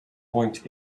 point